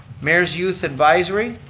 mayor's youth advisory,